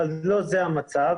אבל לא זה המצב.